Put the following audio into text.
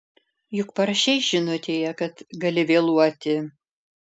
juk parašei žinutėje kad gali vėluoti